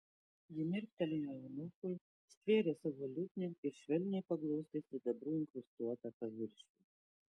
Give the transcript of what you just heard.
ji mirktelėjo eunuchui stvėrė savo liutnią ir švelniai paglostė sidabru inkrustuotą paviršių